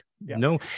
no